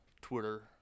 Twitter